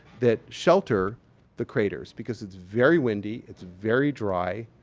that shelter the craters because it's very windy, it's very dry,